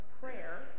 prayer